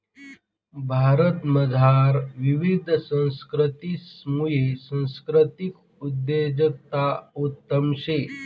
भारतमझार विविध संस्कृतीसमुये सांस्कृतिक उद्योजकता उत्तम शे